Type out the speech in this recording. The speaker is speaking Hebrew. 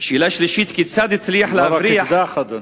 לא רק אקדח, אדוני.